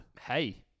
Hey